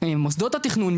מוסדות התכנון,